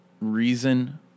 reason